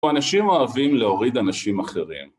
אנשים אוהבים להוריד אנשים אחריהם